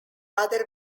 other